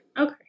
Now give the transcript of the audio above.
Okay